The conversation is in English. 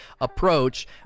approach